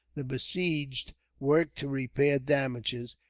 the besieged worked to repair damages,